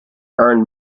earned